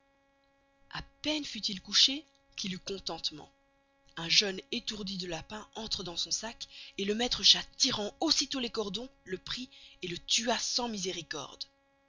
a peine fut-il couché qu'il eut contentement un jeune étourdi de lapin entra dans son sac et le maistre chat tirant aussi tost les cordons le prit et le tua sans misericorde